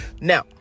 now